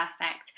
perfect